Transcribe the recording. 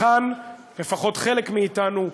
לכאן לפחות חלק מאיתנו,